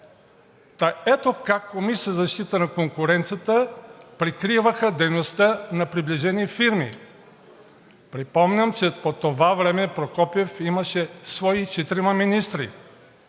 Та ето как Комисията за защита на конкуренцията прикриваха дейността на приближени фирми. Припомням, че по това време Прокопиев имаше свои четирима министри